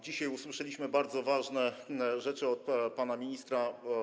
Dzisiaj usłyszeliśmy bardzo ważne rzeczy od pana ministra.